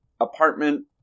apartment